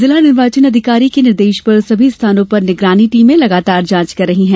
जिला निर्वाचन अधिकारी के निर्देश पर सभी स्थानों पर निगरानी टीमें लगातार जांच कर रही हैं